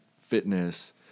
fitness